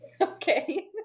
okay